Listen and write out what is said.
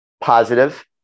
positive